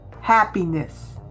happiness